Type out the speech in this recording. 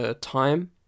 time